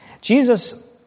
Jesus